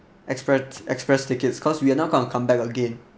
express express tickets cause we are not gonna come back again